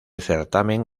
certamen